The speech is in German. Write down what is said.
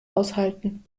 aushalten